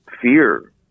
fear